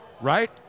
right